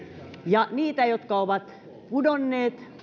ja niitä jotka ovat pudonneet